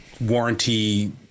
warranty